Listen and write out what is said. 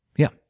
yeah.